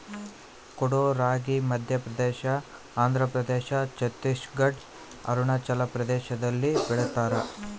ಕೊಡೋ ರಾಗಿ ಮಧ್ಯಪ್ರದೇಶ ಆಂಧ್ರಪ್ರದೇಶ ಛತ್ತೀಸ್ ಘಡ್ ಅರುಣಾಚಲ ಪ್ರದೇಶದಲ್ಲಿ ಬೆಳಿತಾರ